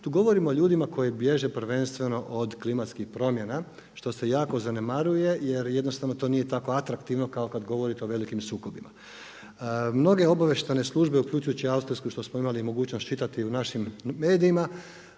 tu govorimo o ljudima koji bježe prvenstveno od klimatskih promjena što se jako zanemaruje, jer jednostavno to nije tako atraktivno kao govorite o velikim sukobima. Mnoge obavještajne službe uključujući i austrijsku što smo imali mogućnost čitati u našim medijima,